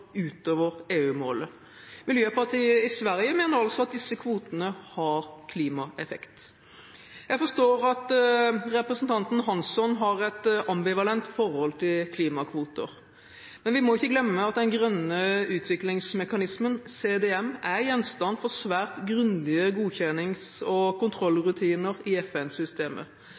utover EU-målet. Miljöpartiet i Sverige mener altså at disse kvotene har klimaeffekt. Jeg forstår at representanten Hansson har et ambivalent forhold til klimakvoter. Vi må ikke glemme at Den grønne utviklingsmekanismen, CDM, er gjenstand for svært grundige godkjennings- og